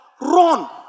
Run